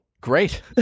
Great